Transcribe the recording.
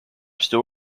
still